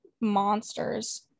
monsters